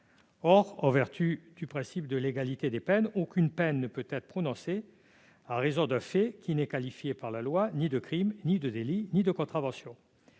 Or, en vertu du principe de légalité des peines, aucune peine ne peut être prononcée à raison d'un fait qui n'est qualifié par la loi ni de crime, ni de délit, ni de contravention.